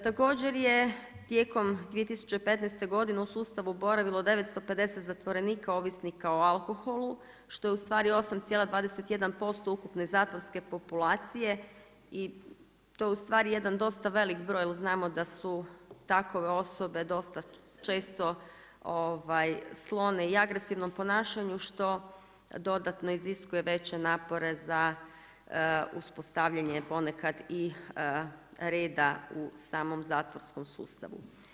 Također je tijekom 2015. godine u sustavu boravilo 950 zatvorenika ovisnika o alkoholu što je ustvari 8,21% ukupne zatvorske populacije i to je ustvari jedan dosta veliki broj jer znamo da su takove osobe dosta često sklone i agresivnom ponašanju što dodatno iziskuje veće napore za uspostavljanje ponekad i reda u samom zatvorskom sustavu.